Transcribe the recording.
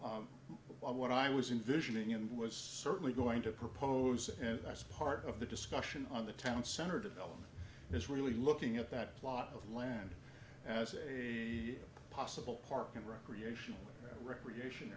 half what i was in vision and was certainly going to propose and that's part of the discussion on the town center development is really looking at that plot of land as a possible park and recreation recreation